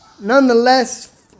Nonetheless